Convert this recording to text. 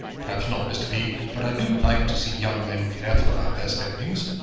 perhaps not, mr. b. but i do like to see young men careful about their spendings.